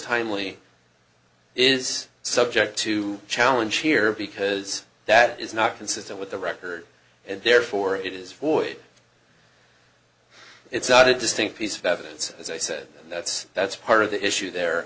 timely it is subject to challenge here because that is not consistent with the record and therefore it is for it's not a distinct piece of evidence as i said that's that's part of the issue there